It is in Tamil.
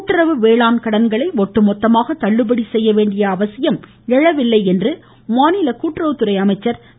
கூட்டுறவு வேளாண் கடன்களை ஒட்டுமொத்தமாக தள்ளுபடி செய்ய வேண்டிய அவசியம் எழவில்லை என்று மாநில கூட்டுறவுத்துறை அமைச்சர் திரு